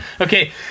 Okay